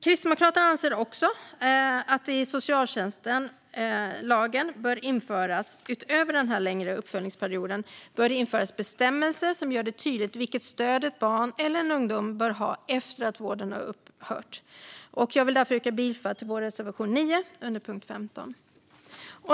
Kristdemokraterna anser också att det i socialtjänstlagen bör införas, utöver den längre uppföljningsperioden, bestämmelser som gör det tydligt vilket stöd ett barn eller en ungdom bör ha efter att vården har upphört. Jag vill därför yrka bifall till vår reservation 9 under punkt 15.